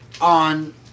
On